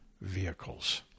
vehicles